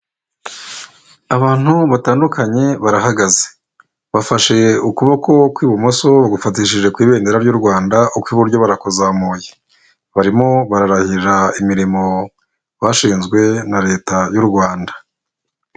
Abantu batandukanye barahagaze, bafashe ukuboko kw'ibumoso gufatishije ku ibendera ry'u Rwanda ukw'iburyo barakuzamuye, barimo bararahira imirimo bashinzwe na leta y'u Rwanda.